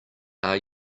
are